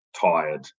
tired